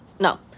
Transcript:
No